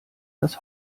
das